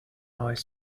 eye